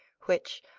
which,